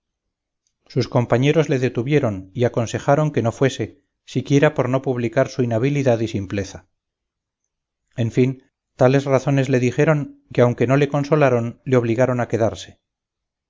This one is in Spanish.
sus compañeros le detuvieron y aconsejaron que no fuese siquiera por no publicar su inhabilidad y simpleza en fin tales razones le dijeron que aunque no le consolaron le obligaron a quedarse